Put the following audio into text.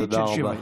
תודה.